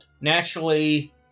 Naturally